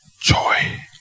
Joy